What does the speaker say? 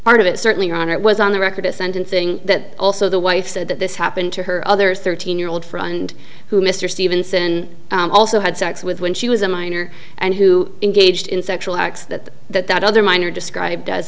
part of it certainly on it was on the record at sentencing that also the wife said that this happened to her other thirteen year old friend who mr stevenson also had sex with when she was a minor and who engaged in sexual acts that that that other minor described